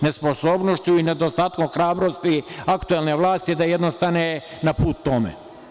Nesposobnošću i nedostatkom hrabrosti aktuelne vlasti da jednom stane na put tome.